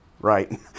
right